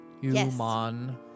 Human